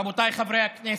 רבותיי חברי הכנסת,